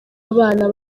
abana